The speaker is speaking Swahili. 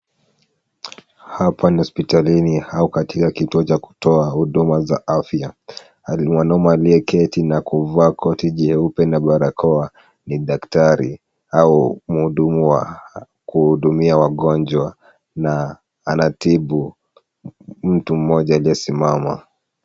Hapa ni hospitalini au katika kituo cha kutoa huduma za afya. Mwanaume aliyeketi na kuvaa koti jeupe na barakoa ni daktari au mhudumu wa kuhudumia wagonjwa na anatibu mtu mmoja aliyesimama.